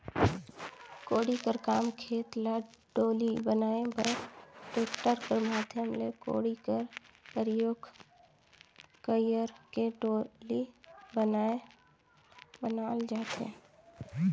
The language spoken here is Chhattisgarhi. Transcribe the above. कोड़ी कर काम खेत ल डोली बनाए बर टेक्टर कर माध्यम ले कोड़ी कर परियोग कइर के डोली बनाल जाथे